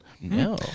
No